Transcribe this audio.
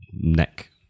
neck